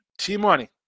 T-Money